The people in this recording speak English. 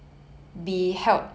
(uh huh)